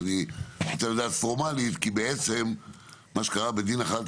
אני רוצה לדעת פורמלית, כי בדין החלת